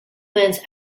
burns